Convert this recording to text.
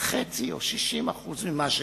חצי או 60% ממה שהעלמתי,